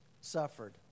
suffered